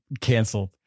canceled